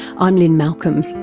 i'm lynne malcolm.